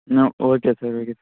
sir okay sir